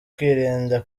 kwirinda